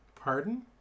Pardon